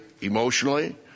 emotionally